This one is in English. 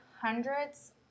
hundreds